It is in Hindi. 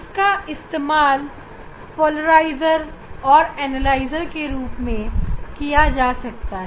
इनका इस्तेमाल पोलराइजर और एनालाइजर के रूप में किया जा सकता है